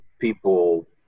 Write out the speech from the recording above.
people